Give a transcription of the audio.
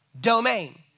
domain